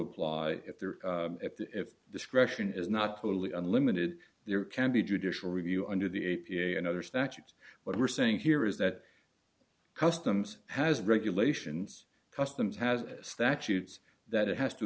apply if there if discretion is not totally unlimited there can be judicial review under the a p a and other statutes what we're saying here is that customs has regulations customs has statutes that it has to